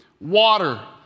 water